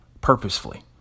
purposefully